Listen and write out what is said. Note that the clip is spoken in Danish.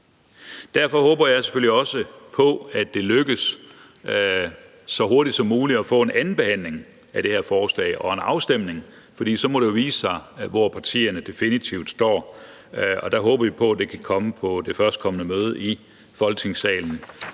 Derfor håber jeg selvfølgelig også på, at det lykkes så hurtigt som muligt at få en andenbehandling af det her forslag og en afstemning, for så må det jo vise sig, hvor partierne definitivt står. Vi håber på, at det kan komme på det førstkommende møde i Folketingssalen,